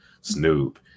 Snoop